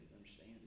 understand